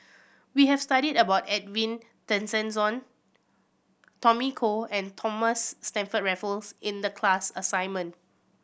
we have studied about Edwin Tessensohn Tommy Koh and Thomas Stamford Raffles in the class assignment